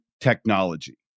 technology